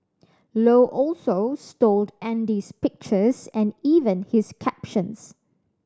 Low also stole Andy's pictures and even his captions